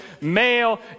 male